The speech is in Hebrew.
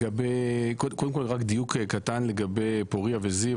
קודם כל רק דיון קטן לגבי פורייה וזיו,